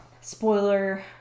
spoiler